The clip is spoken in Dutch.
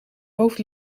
hoofd